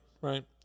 right